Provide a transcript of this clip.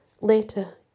Later